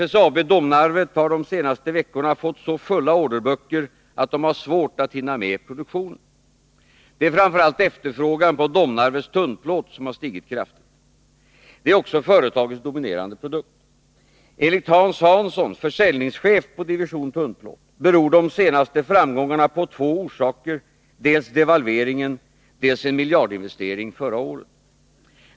SSAB Domnarvet har de senaste veckorna fått så fulla orderböcker att de har svårt att hinna med produktionen. Det är framför allt efterfrågan på Domnarvets tunnplåt som stigit kraftigt. Det är också företagets dominerande produkt. Enligt Hans Hansson, försäljningschef på division tunnplåt, beror de senaste framgångarna på två orsaker, dels devalveringen, dels en miljardinvestering förra året.